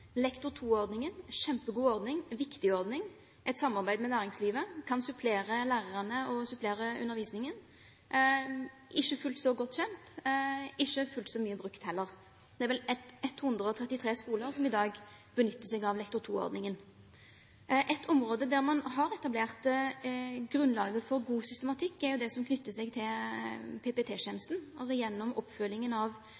et samarbeid med næringslivet – er en kjempegod ordning og en viktig ordning, som kan supplere lærerne og undervisningen. Den er ikke fullt så godt kjent og ikke fullt så mye brukt heller. Det er vel 133 skoler som i dag benytter seg av Lektor 2-ordningen. Et område der man har etablert grunnlaget for god systematikk, er det som knytter seg til